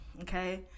okay